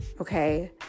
okay